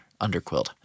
underquilt